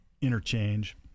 interchange